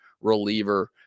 reliever